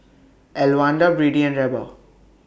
Elwanda Brady and Reba